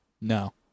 no